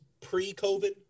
pre-COVID